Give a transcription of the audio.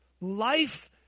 Life